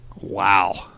Wow